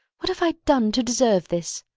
what have i done to deserve this?